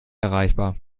erreichbar